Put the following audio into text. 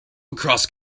across